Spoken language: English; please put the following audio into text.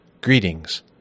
greetings